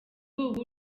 ubu